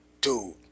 dude